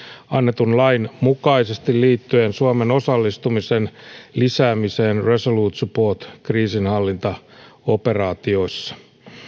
annetun lain mukaisesti liittyen suomen osallistumisen lisäämiseen resolute support kriisinhallintaoperaatiossa